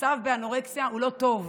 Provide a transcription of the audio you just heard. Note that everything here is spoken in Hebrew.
המצב באנורקסיה הוא לא טוב,